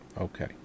Okay